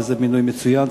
וזה מינוי מצוין,